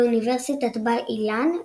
באוניברסיטת בר-אילן,